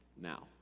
now